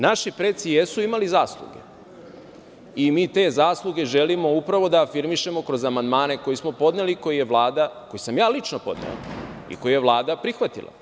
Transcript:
Naši preci jesu imali zasluge i mi te zasluge želimo upravo da afirmišemo kroz amandmane koje smo podneli, koje je Vlada, koje sam ja lično podneo i koji je Vlada prihvatila.